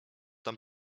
tam